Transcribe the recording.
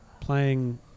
Playing